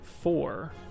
four